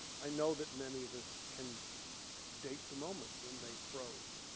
i know that many of us can date the moment when they froze